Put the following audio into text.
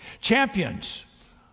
champions